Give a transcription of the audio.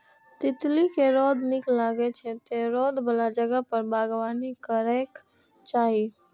तितली कें रौद नीक लागै छै, तें रौद बला जगह पर बागबानी करैके चाही